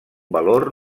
valor